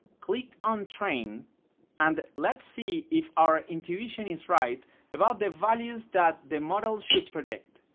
click on train and let's see if our intuition is right about the values that the model should predict,